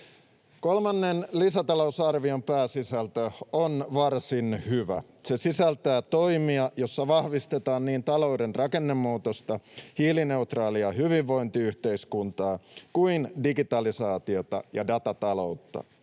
Kolmannen lisätalousarvion pääsisältö on varsin hyvä. Se sisältää toimia, joilla vahvistetaan niin talouden rakennemuutosta, hiilineutraalia hyvinvointiyhteiskuntaa kuin digitalisaatiota ja datataloutta.